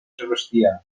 sebastià